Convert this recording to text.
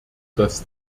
das